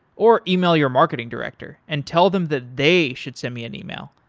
or email your marketing director and tell them that they should send me an email,